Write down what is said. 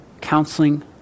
counseling